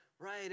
right